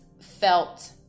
felt